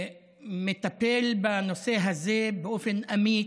מטפל בנושא הזה באופן אמיץ,